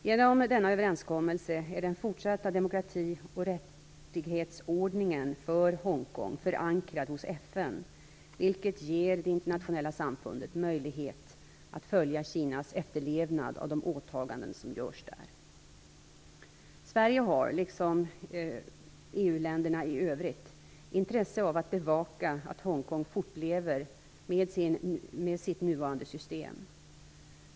Genom denna överenskommelse är den fortsatta demokrati och rättighetsordningen för Hongkong förankrad hos FN, vilket ger det internationella samfundet möjlighet att följa Kinas efterlevnad av de åtaganden som görs där. Sverige har, liksom EU-länderna i övrigt, intresse av att bevaka att Hongkong fortlever med sitt nuvarande system.